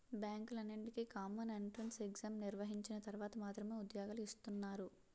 బ్యాంకులన్నింటికీ common entrance exam నిర్వహించిన తర్వాత మాత్రమే ఉద్యోగాలు ఇస్తున్నారు